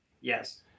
Yes